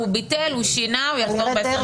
הוא ביטל, הוא שינה, הוא יחזור ב-26.